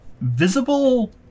visible